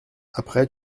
après